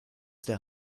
der